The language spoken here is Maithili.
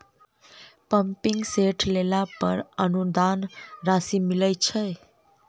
पम्पिंग सेट लेला पर अनुदान राशि मिलय छैय?